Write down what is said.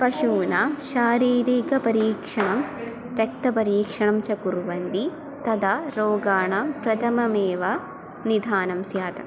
पशूनां शारीरीकपरीक्षणं रक्तपरीक्षणं च कुर्वन्ति तदा रोगाणां प्रथममेव निधानं स्यात्